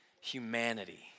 humanity